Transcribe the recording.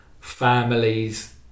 families